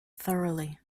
thoroughly